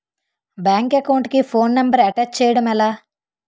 Bank account కి phone number attach చేయడం ఎలా?